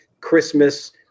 Christmas